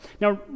Now